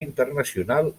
internacional